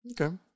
okay